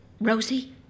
Rosie